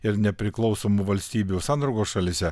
ir nepriklausomų valstybių sandraugos šalyse